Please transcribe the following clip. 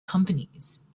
companies